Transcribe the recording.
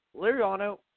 Liriano